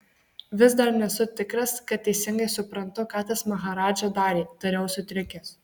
vis dar nesu tikras kad teisingai suprantu ką tas maharadža darė tariau sutrikęs